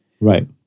Right